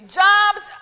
jobs